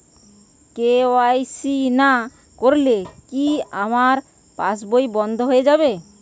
KYC না করলে কি আমার পাশ বই বন্ধ হয়ে যাবে?